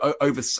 over